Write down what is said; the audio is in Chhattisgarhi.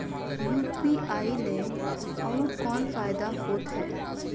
यू.पी.आई ले अउ कौन फायदा होथ है?